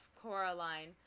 Coraline